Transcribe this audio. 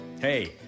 Hey